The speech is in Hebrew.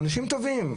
אנשים טובים,